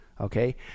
okay